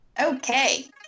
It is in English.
Okay